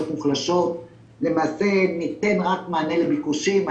מוחלשות ולמעשה ניתן רק מענה לביקושים?